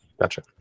Gotcha